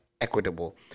equitable